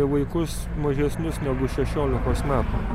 į vaikus mažesnius negu šešiolikos metų